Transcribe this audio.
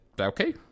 okay